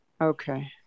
Okay